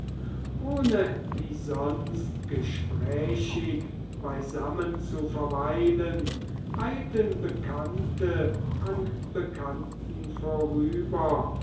ohne wie sonst gesprächig beisammen zu verweilen eilten bekannte an bekannten vorüber